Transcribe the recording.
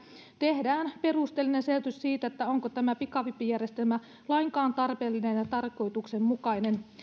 tehdään perusteellinen selvitys onko tämä pikavippijärjestelmä lainkaan tarpeellinen ja tarkoituksenmukainen